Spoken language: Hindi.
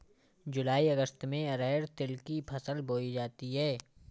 जूलाई अगस्त में अरहर तिल की फसल बोई जाती हैं